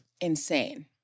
Insane